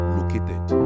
located